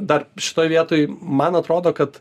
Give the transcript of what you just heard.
dar šitoj vietoj man atrodo kad